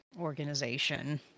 organization